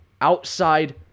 outside